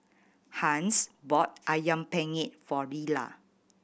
Hans bought Ayam Penyet for Leala